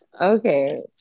okay